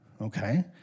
okay